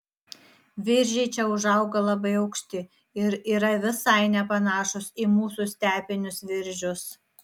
viržiai čia užauga labai aukšti ir yra visai nepanašūs į mūsų stepinius viržius